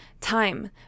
time